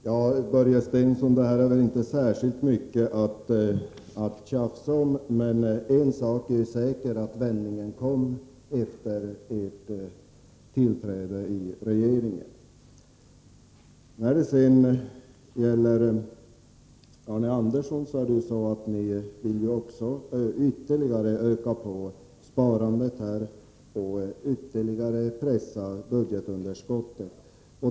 Fru talman! Detta är, Börje Stensson, inte särskilt mycket att tjafsa om. Men en sak är säker: Vändningen kom efter ert tillträde i regeringen. Till Arne Andersson i Ljung vill jag säga att ni ju vill ytterligare öka på sparandet och ytterligare pressa budgetunderskottet.